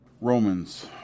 Romans